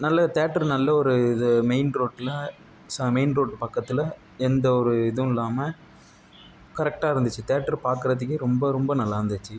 நல்ல தியேட்டர் நல்ல ஒரு இது மெயின் ரோடில் ச மெயின் ரோடு பக்கத்தில் எந்த ஒரு இதுவுமில்லாம கரெக்ட்டாக இருந்துச்சு தியேட்டரு பார்க்குறதுக்கே ரொம்ப ரொம்ப நல்லாயிருந்துச்சி